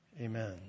amen